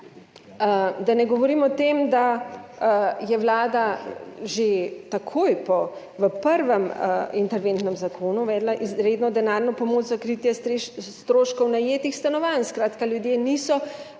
Da ne govorim o tem, da je Vlada že takoj po, v prvem interventnem zakonu uvedla izredno denarno pomoč za kritje stroškov najetih stanovanj. Skratka, ljudje niso